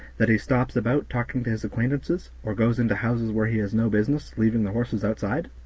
that he stops about talking to his acquaintances, or goes into houses where he has no business, leaving the horses outside?